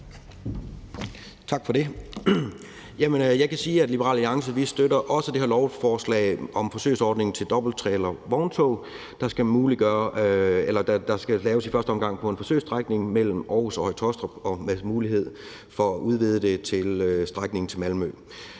Tak for det. Jeg kan sige, at vi i Liberal Alliance også støtter det her lovforslag om en forsøgsordning til dobbelttrailervogntog, der i første omgang skal laves på en forsøgsstrækning mellem Aarhus og Høje-Taastrup og med mulighed for at udvide det til strækningen til Malmø,